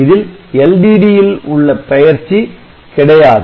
இதில் LDD ல் உள்ள பெயர்ச்சி கிடையாது